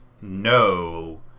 no